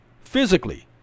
physically